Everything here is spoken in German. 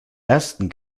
ersten